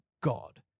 God